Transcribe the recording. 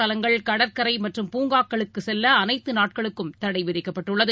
தலங்கள் கடற்கரைமற்றம் பூங்காக்களுக்குசெல்லஅனைத்துநாட்களுக்கும் சுற்றுலாத் தடைவிதிக்கப்பட்டுள்ளது